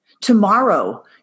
Tomorrow